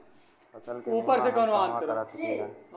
फसल के बिमा हम कहवा करा सकीला?